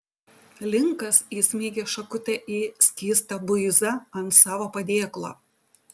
linkas įsmeigė šakutę į skystą buizą ant savo padėklo